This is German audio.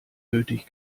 nötig